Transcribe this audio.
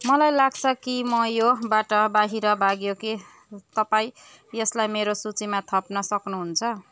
मलाई लाग्छ कि म योबाट बाहिर भाग्यो के तपाईँ यसलाई मेरो सूचीमा थप्न सक्नुहुन्छ